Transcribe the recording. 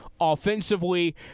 Offensively